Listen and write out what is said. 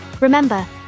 Remember